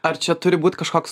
ar čia turi būt kažkoks